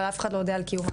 אבל אף אחד לא יודע על קיומם.